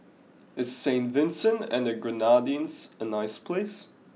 is Saint Vincent and the Grenadines a nice place